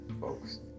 folks